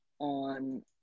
on